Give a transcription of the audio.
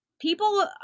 People